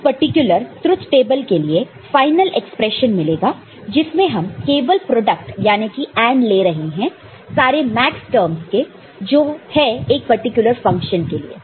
इस particular truth table के लिए फाइनल एक्सप्रेशन मिलेगा जिसमें हम केवल प्रोडक्ट याने की AND ले रहे हैं सारे मैक्सटर्म्स के जो है एक पार्टिकुलर फंक्शन के लिए